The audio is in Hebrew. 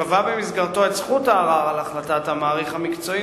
שקבע במסגרתו את זכות הערר על החלטת המעריך המקצועי